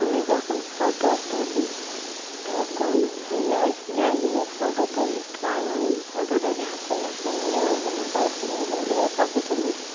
আমি যখন ফটো তুলি তখন ফ্ল্যাশ জ্বালিয়ে ফটো তুলি কারণ ফটোটা ঝাপসা ঝাপসা লাগে ওই জন্য করে ফ্ল্যাশ জ্বালিয়ে ফটো তুলি